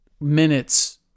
minutes